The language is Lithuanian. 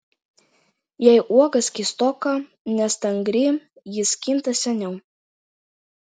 jei uoga skystoka nestangri ji skinta seniau